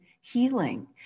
healing